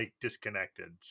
disconnected